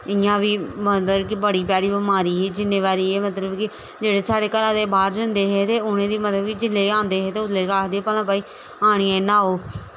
इ'यां बी मतलब कि बड़ी भैड़ी बमारी ही जिन्ने बारी एह् मतलब कि जेह्ड़े साढ़े घरा दे बाह्र जंदे हे उ'नें गी मतलब कि जिसले एह् आंदे हे ते उसले गै आखदे हे भाई आनियै न्हाओ